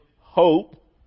hope